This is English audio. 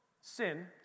sin